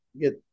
get